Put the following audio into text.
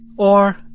or,